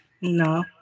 No